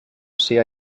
sia